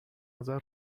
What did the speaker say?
اذر